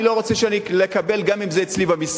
אני לא רוצה לקבל גם אם זה אצלי במשרד.